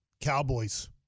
Cowboys